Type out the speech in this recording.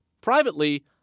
Privately